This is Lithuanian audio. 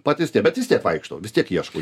patys tie bet vis tiek vaikštau vis tiek ieškau